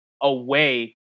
away